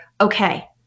okay